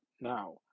now